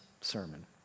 sermon